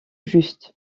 juste